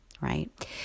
right